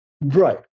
Right